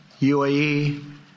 UAE